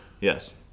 yes